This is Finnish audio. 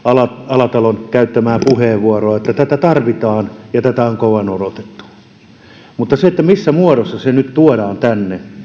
alatalon käyttämää puheenvuoroa että tätä tarvitaan ja tätä on kauan odotettu mutta se missä muodossa se nyt tuodaan tänne